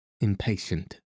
impatient